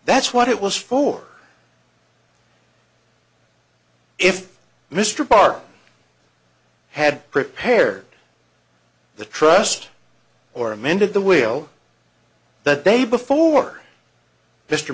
that's what it was for if mr parker had prepared the trust or amended the will that they before mr